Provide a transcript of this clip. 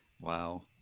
Wow